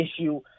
issue